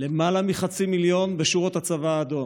למעלה מחצי מיליון בשורות הצבא האדום,